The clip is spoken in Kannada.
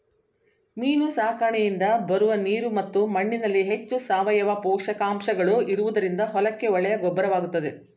ಮೀನು ಸಾಕಣೆಯಿಂದ ಬರುವ ನೀರು ಮತ್ತು ಮಣ್ಣಿನಲ್ಲಿ ಹೆಚ್ಚು ಸಾವಯವ ಪೋಷಕಾಂಶಗಳು ಇರುವುದರಿಂದ ಹೊಲಕ್ಕೆ ಒಳ್ಳೆಯ ಗೊಬ್ಬರವಾಗುತ್ತದೆ